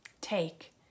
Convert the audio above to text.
Take